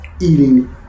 eating